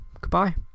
Goodbye